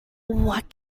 what